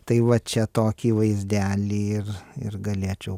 tai va čia tokį vaizdelį ir ir galėčiau